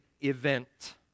event